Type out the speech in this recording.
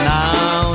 now